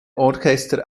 orchester